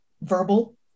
verbal